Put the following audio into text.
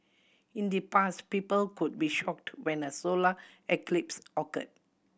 in the past people could be shocked when a solar eclipse occurred